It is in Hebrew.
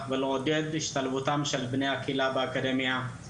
ועידוד השתלבות של בני הקהילה באקדמיה.